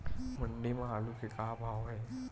मंडी म आलू के का भाव हे?